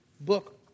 book